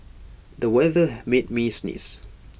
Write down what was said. the weather made me sneeze